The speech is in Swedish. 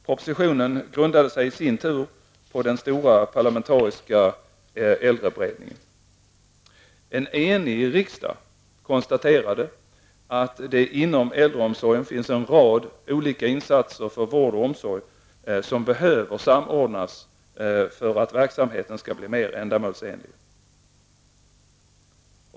Propositionen grundade sig i sin tur på den stora parlamentariska äldreberedningen. En enig riksdag konstaterade att det inom äldreomsorgen finns en rad olika insatser för vård och omsorg som behöver samordnas så att verksamheten skall bli mer ändamålsenlig.